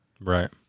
right